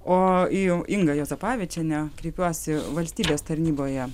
o jau inga juozapavičiene kreipiuosi valstybės tarnyboje